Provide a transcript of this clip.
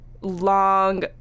long